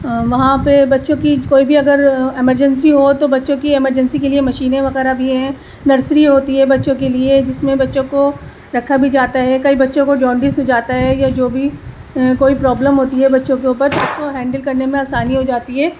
وہاں پہ بچوں کی کوئی بھی اگر ایمرجنسی ہو تو بچوں کی ایمرجنسی کے لیے مشینیں وغیرہ بھی ہیں نرسری ہوتی ہے بچوں کے لیے جس میں بچوں کو رکھا بھی جاتا ہے کئی بچوں کو جانڈس ہو جاتا ہے یا جو بھی کوئی پرابلم ہوتی ہے بچوں کے اوپر اس کو ہینڈل کرنے میں آسانی ہو جاتی ہے